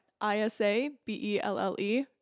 I-S-A-B-E-L-L-E